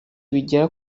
bigera